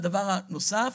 והדבר הנוסף,